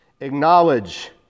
acknowledge